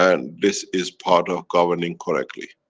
and this is part of governing correctly.